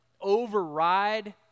override